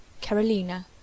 Carolina